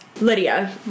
Lydia